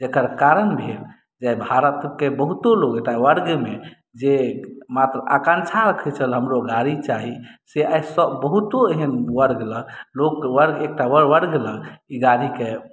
जेकर कारण भेल जे भारतके बहुतो लोग एकटा वर्गमे जे मात्र आकांक्षा रखैत छल हमरो गाड़ी चाही से आइ सभ बहुतो एहन वर्गलेल लोग वर्ग एकटा वर्गलेल ई गाड़ीके